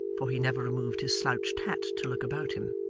for he never removed his slouched hat to look about him,